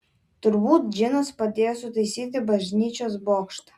turbūt džinas padėjo sutaisyti bažnyčios bokštą